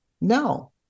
no